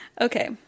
Okay